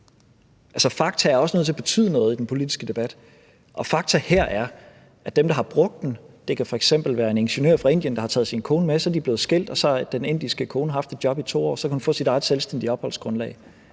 fakta er også nødt til at betyde noget i den politiske debat. Og fakta her er, at dem, der har brugt den, kan f.eks. være en ingeniør fra Indien, der har taget sin kone med, og så er de blevet skilt, og så har den indiske kone haft et job i 2 år, og så kan hun få sit eget selvstændige opholdsgrundlag.